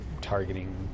targeting